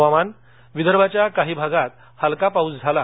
हवामान विदर्भाच्या काही भागात काल इलका पाऊस झाला